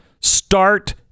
start